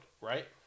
right